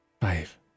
Five